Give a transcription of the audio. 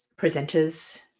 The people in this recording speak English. presenters